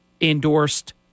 endorsed